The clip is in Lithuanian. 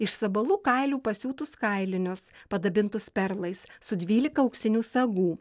iš sabalų kailių pasiūtus kailinius padabintus perlais su dvylika auksinių sagų